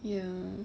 ya